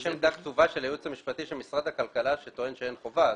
יש עמדה כתובה של הייעוץ המשפטי של משרד הכלכלה שטוען שאין חובה.